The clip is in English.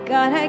God